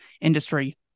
industry